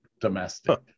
domestic